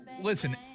Listen